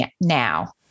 now